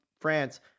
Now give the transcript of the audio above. France